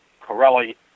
Corelli